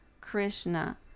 Krishna